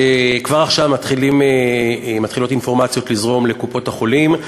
כשכבר עכשיו מתחילות אינפורמציות לזרום לקופות-החולים,